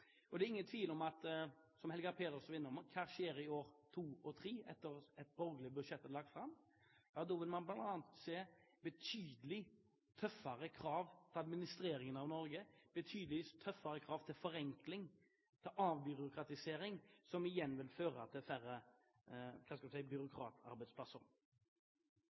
regjeringen. Det er ingen tvil om, som Helga Pedersen var innom, hva som skjer to og tre år etter at et borgerlig budsjett er lagt fram. Da vil man bl.a. se betydelig tøffere krav til administreringen av Norge, betydelig tøffere krav til forenkling og til avbyråkratisering, som igjen vil føre til færre – hva skal vi si – byråkratarbeidsplasser.